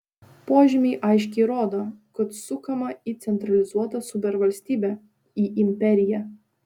požymiai aiškiai rodo kad sukama į centralizuotą supervalstybę į imperiją